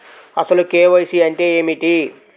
అసలు కే.వై.సి అంటే ఏమిటి?